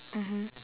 mmhmm